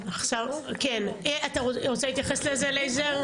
--- כן, אתה רוצה להתייחס לזה לייזר?